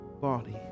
body